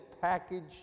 package